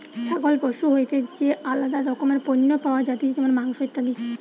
ছাগল পশু হইতে যে আলাদা রকমের পণ্য পাওয়া যাতিছে যেমন মাংস, ইত্যাদি